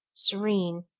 serene.